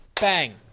Bang